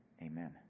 Amen